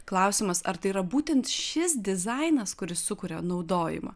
klausimas ar tai yra būtent šis dizainas kuris sukuria naudojimą